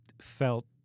felt